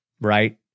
right